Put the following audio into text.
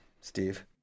Steve